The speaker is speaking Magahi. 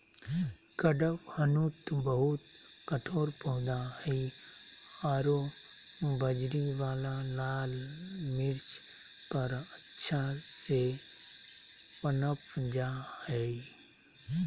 कडपहनुत बहुत कठोर पौधा हइ आरो बजरी वाला लाल मिट्टी पर अच्छा से पनप जा हइ